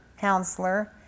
counselor